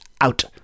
out